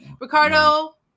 Ricardo